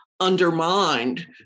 Undermined